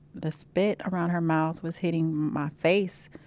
the spit around her mouth was hitting my face.